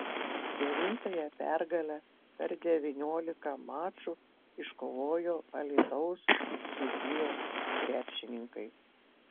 devintąją pergalę per devyniolika mačų iškovojo alytaus dzūkijos krepšininkai